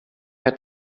got